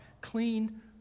clean